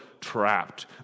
trapped